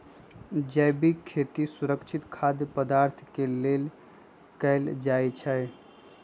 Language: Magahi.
जैविक खेती सुरक्षित खाद्य पदार्थ के लेल कएल जाई छई